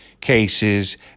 cases